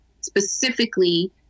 specifically